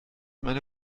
meine